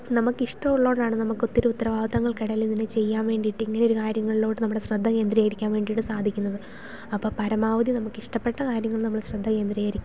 നമുക്ക് ഇഷ്ടമുള്ളതു കൊണ്ടാണ് നമുക്ക് ഒത്തിരി ഉത്തരവാദിത്തങ്ങൾക്ക് ഇടയിൽ ഇതിനെ ചെയ്യാൻ വേണ്ടിയിട്ട് ഇങ്ങനെ ഒരു കാര്യങ്ങളിലോട്ട് നമുടെ ശ്രദ്ധ കേന്ദ്രീകരിക്കാൻ വേണ്ടിയിട്ട് സാധിക്കുന്നത് അപ്പം പരമാവധി നമുക്ക് ഇഷ്ട്ടപ്പെട്ട കാര്യങ്ങൾ നമ്മൾ ശ്രദ്ധ കേന്ദ്രീകരിക്കുക